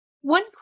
One